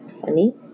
funny